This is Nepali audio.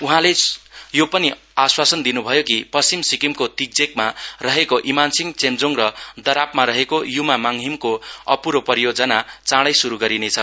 उहाँले यो पनि आस्वासन दिनुभयो कि पश्चिम सिक्किमको तीकजेकमा रहेको इमान सिंह चेमजोइ र दरापमा रहेको युमा माङहिमको अपुरो परियोजना चाढ़ै शुर गरिनेछ